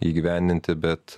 įgyvendinti bet